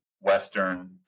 Western